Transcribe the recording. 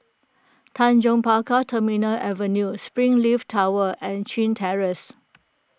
Tanjong Pagar Terminal Avenue Springleaf Tower and Chin Terrace